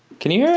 can you hear